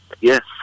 Yes